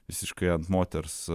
visiškai ant moters